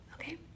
okay